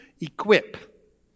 equip